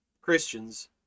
christians